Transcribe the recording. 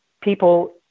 people